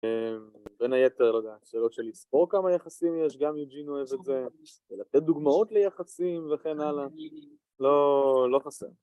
לבין היתר, לא יודעת, שאלות של לספור כמה יחסים יש, גם יוג'ין אוהב את זה, ולתת דוגמאות ליחסים וכן הלאה, לא, לא חסר.